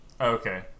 okay